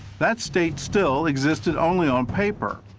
that state still existed only on paper.